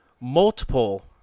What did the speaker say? multiple